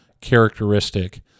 characteristic